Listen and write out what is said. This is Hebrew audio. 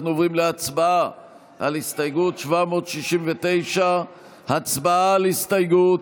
אנחנו עוברים להצבעה על הסתייגות 769. הצבעה על הסתייגות.